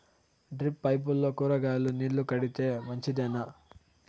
Drip పైపుల్లో కూరగాయలు నీళ్లు కడితే మంచిదేనా?